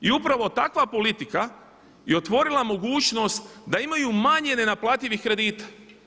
I upravo takva politika je otvorila mogućnost da imaju manje nenaplativih kredita.